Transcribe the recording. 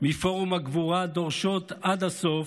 מפורום הגבורה דורשות עד הסוף,